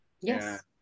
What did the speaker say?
Yes